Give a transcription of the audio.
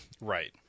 right